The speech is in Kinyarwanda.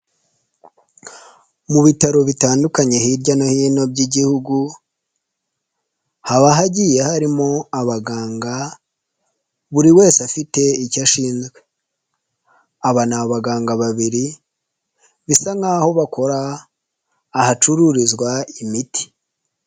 Mu bitaro bitandukanye hirya no hino by'Igihugu, haba hagiye harimo abaganga buri wese afite icyo ashinzwe aba ni abaganga babiri, bisa nk'aho bakora ahacururizwa imiti.